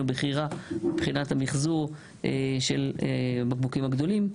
בכי רע מבחינת המחזור של הבקבוקים הגדולים.